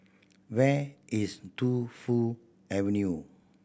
where is Tu Fu Avenue